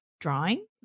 drawing